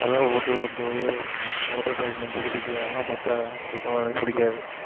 அதலாம் போட்டு வந்து ஓடுகிற டிரெயின்லேருந்து குதிக்கிறதுலாம் பார்த்தா சுத்தமாக எனக்கு பிடிக்காது